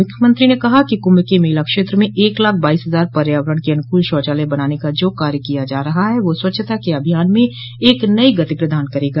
मुख्यमंत्री ने कहा कि क्भ के मेला क्षेत्र में एक लाख बाईस हजार पर्यावरण के अनुकूल शौचालय बनाने का जो कार्य किया जा रहा है वह स्वच्छता के अभियान में एक नई गति प्रदान करेगा